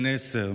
בת עשר,